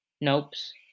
nope's